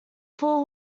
fool